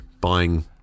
buying